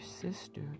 sister